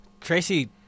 Tracy